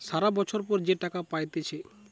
সারা বছর পর যে টাকা পাইতেছে